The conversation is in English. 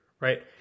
right